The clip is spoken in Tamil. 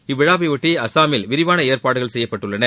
இவ்விழாவையொட்டி அசாமில் விரிவான ஏற்பாடுகள் செய்யப்பட்டுள்ளன